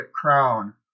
crown